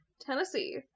Tennessee